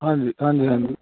ਹਾਂਜੀ ਹਾਂਜੀ ਹਾਂਜੀ